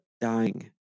dying